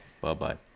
Bye-bye